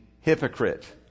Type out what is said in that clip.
hypocrite